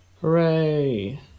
Hooray